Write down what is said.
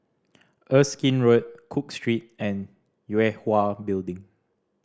Erskine Road Cook Street and Yue Hwa Building